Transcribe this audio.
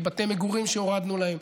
בבתי מגורים שהורדנו להם.